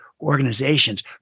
organizations